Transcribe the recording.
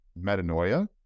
metanoia